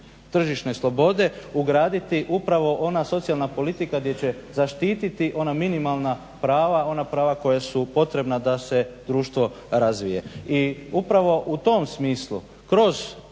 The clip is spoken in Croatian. tržišne slobode ugraditi upravo ona socijalna politika gdje će zaštiti ona minimalna prava ona prava koja su potrebna da se društvo razvije. I upravo u tom smislu kroz